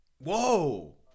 whoa